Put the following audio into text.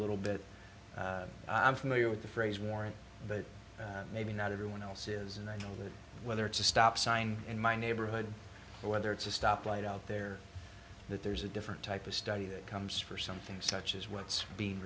little bit i'm familiar with the phrase war but maybe not everyone else is and i know that whether it's a stop sign in my neighborhood or whether it's a stoplight out there that there's a different type of study that comes for something such as what's be